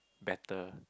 better